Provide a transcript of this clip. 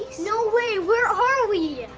no way! where are we?